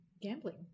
gambling